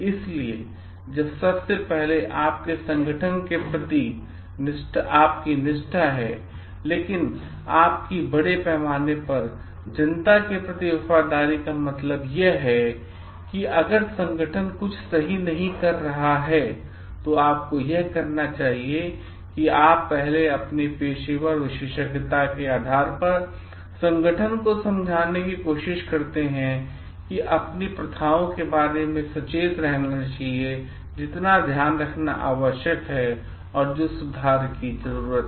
इसलिए यह सबसे पहले आपके संगठन के प्रति आपकी निष्ठा है लेकिन आपकी बड़े पैमाने पर जनता के प्रति वफादारी का मतलब है यह भी है कि अगर संगठन कुछ सही नहीं कर रहा है तो आपको यह करना चाहिए कि आप पहले अपने पेशेवर विशेषज्ञता के आधार पर संगठन को समझाने की कोशिश करते हैं कि अपनी प्रथाओं के बारे में सचेत करना चाहिए जिनका ध्यान रखना आवश्यक है और जो सुधार की जरूरत है